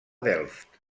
delft